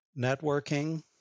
networking